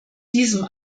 diesem